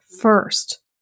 first